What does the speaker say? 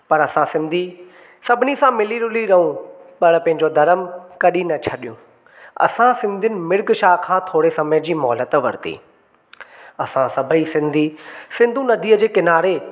पर असां सिंधी सभिनी सां मिली रुली रहूं पर पंहिंजो धरम कॾहिं न छॾियूं असां सिंधियुनि मिर्ग शाह खां थोड़े समय जी मोहलत वरती असां सभई सिंधी सिंधु नदीअ जे किनारे